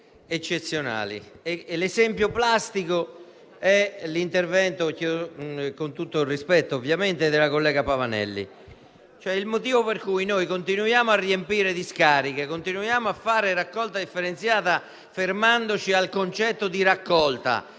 eccezionali. L'esempio plastico è l'intervento, con tutto il rispetto, della collega Pavanelli. Noi continuiamo a riempire discariche e a fare raccolta differenziata fermandoci al concetto di raccolta